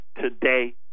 today